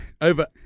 over